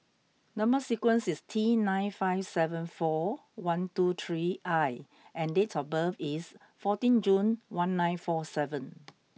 number sequence is T nine five seven four one two three I and date of birth is fourteen June one nine four seven